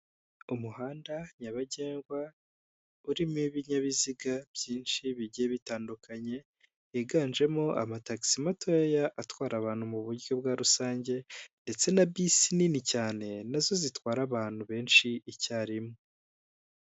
Umuhanda nyabagendwa urimo ibinyabiziga byinshi bigiye bitandukanye, higanjemo amatagisi matoya atwara abantu mu buryo bwa rusange ndetse na bisi nini cyane nazo zitwara abantu benshi icyarimwe.